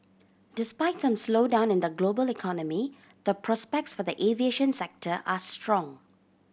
despite some slowdown in the global economy the prospects for the aviation sector are strong